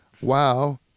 Wow